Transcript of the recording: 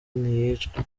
ntiyicwa